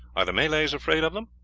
are the malays afraid of them?